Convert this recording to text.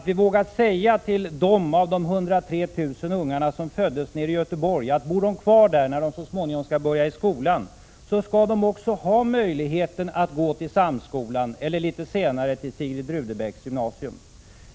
Vi skall till dem av de 102 000 ungarna som föddes nere i Göteborg våga säga att om de bor kvar i Göteborg när de så småningom börjar i skolan skall de ha möjlighet att gå till Samskolan eller litet senare till Sigrid Rudebecks Gymnasium.